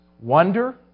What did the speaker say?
Wonder